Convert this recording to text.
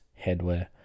headwear